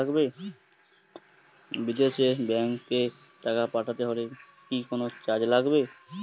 বিদেশের ব্যাংক এ টাকা পাঠাতে হলে কি কোনো চার্জ লাগবে?